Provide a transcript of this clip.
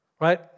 Right